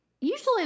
usually